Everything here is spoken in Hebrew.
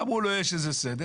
אמרו לו יש איזה סדק,